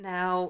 Now